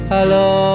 Hello